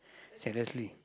seriously